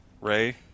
Ray